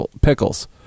pickles